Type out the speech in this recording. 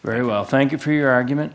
very well thank you for your argument